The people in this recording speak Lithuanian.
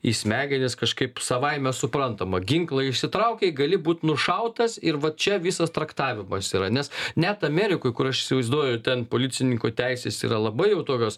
į smegenis kažkaip savaime suprantama ginklą išsitraukei gali būt nušautas ir va čia visas traktavimas yra nes net amerikoj kur aš įsivaizduoju ten policininkų teisės yra labai jau tokios